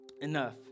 enough